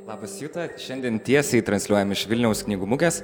labas juta šiandien tiesiai transliuojam iš vilniaus knygų mugės